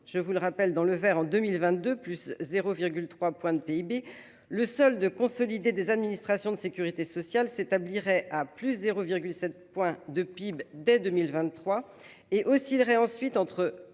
je vous le rappelle dans le Vert en 2022, plus 0,3 point de PIB le seul de consolidé des administrations de Sécurité sociale s'établirait à plus 0,7 point de PIB dès 2023 et oscillerait ensuite entre